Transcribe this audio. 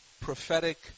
prophetic